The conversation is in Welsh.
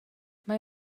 mae